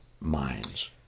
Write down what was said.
minds